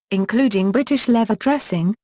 including british leather dressing,